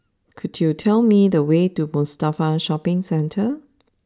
could you tell me the way to Mustafa Shopping Centre